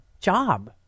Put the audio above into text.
job